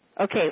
Okay